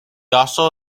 also